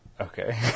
Okay